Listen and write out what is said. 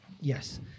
Yes